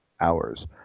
hours